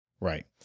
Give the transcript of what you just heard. Right